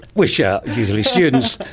which are usually students.